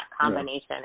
combination